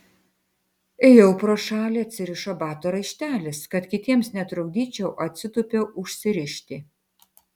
ėjau pro šalį atsirišo bato raištelis kad kitiems netrukdyčiau atsitūpiau užsirišti